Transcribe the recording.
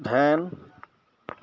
van